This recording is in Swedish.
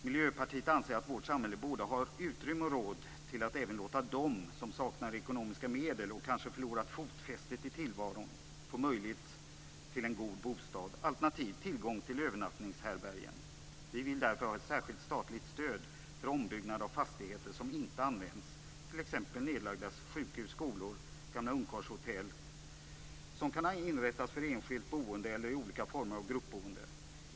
Miljöpartiet anser att vårt samhälle borde ha utrymme och råd att även låta dem som saknar ekonomiska medel, och som kanske förlorat fotfästet i tillvaron, få möjlighet till en god bostad, alternativt tillgång till övernattningshärbärgen. Vi vill därför ha ett särskilt statligt stöd för ombyggnad av fastigheter som inte används, t.ex. nedlagda sjukhus och skolor och gamla ungkarlshotell. De kan inrättas för enskilt boende eller olika former av gruppboende.